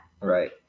right